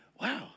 wow